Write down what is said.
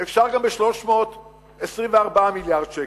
אפשר גם ב-324 מיליארד שקל.